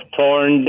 torn